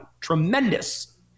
Tremendous